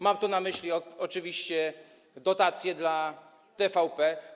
Mam tu na myśli oczywiście dotacje dla TVP.